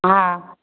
हँ